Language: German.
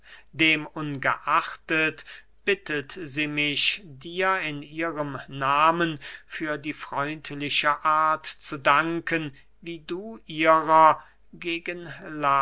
demungeachtet bittet sie mich dir in ihrem nahmen für die freundliche art zu danken wie du ihrer gegen